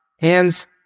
hands